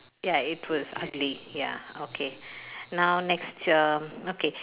ya it was ugly ya okay now next uh okay